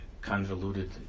convoluted